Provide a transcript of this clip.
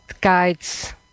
guides